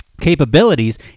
capabilities